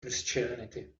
christianity